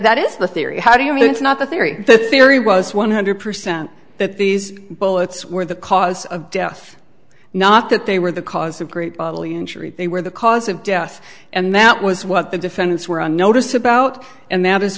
that is the theory how do you mean it's not the theory the theory was one hundred percent that these bullets were the cause of death not that they were the cause of great bodily injury they were the cause of death and that was what the defendants were on notice about and that is